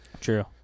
True